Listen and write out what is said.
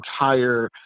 entire